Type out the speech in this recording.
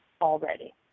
already